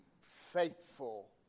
faithful